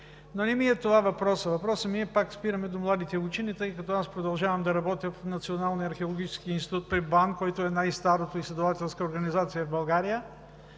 Но това не е въпросът ми. Въпросът е, че опираме пак до младите учени, тъй като аз продължавам да работя в Националния археологически институт при БАН, който е най-старата изследователска организация в България,